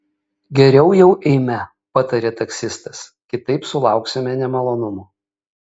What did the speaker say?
geriau jau eime patarė taksistas kitaip sulauksime nemalonumų